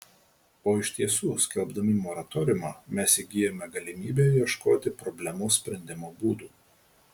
o iš tiesų skelbdami moratoriumą mes įgyjame galimybę ieškoti problemos sprendimo būdų